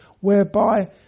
Whereby